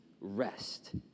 rest